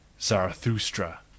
Zarathustra